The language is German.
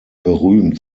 berühmt